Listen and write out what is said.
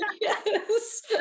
Yes